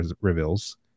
reveals